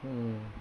mm